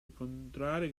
incontrare